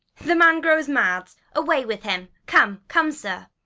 the man grows mad away with him! come, come, sir.